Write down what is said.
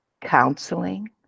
counseling